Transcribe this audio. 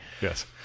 Yes